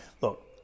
look